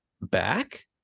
back